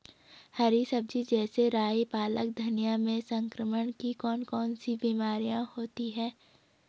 हरी सब्जी जैसे राई पालक धनिया में संक्रमण की कौन कौन सी बीमारियां होती हैं?